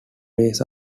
days